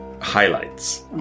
highlights